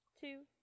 two